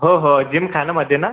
हो हो जिमखानामध्ये ना